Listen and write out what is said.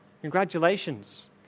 Congratulations